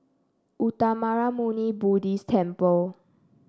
Uttamayanmuni Buddhist Temple